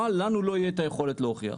אבל לנו לא תהיה את היכולת להוכיח.